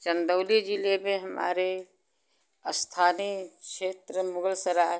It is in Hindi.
चंदौली जिले में हमारे स्थानीय क्षेत्र मुगलसराय